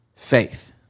Faith